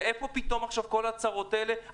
ואיפה פתאום עכשיו כל ההצהרות האלה?